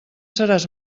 seràs